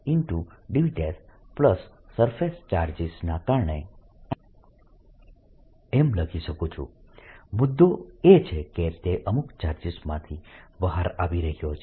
Pr r3r r dV મુદ્દો એ છે કે તે અમુક ચાર્જીસ માંથી બહાર આવી રહ્યો છે